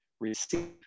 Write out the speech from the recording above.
receive